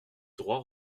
droits